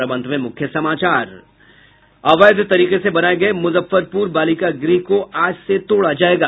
और अब अंत में मुख्य समाचार अवैध तरीके से बनाये गये मुजफ्फरपुर बालिका गृह को आज से तोड़ा जायेगा